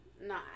No